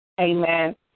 Amen